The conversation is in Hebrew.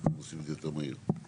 ממש חדריה לפרט,